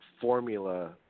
formula